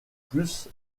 plus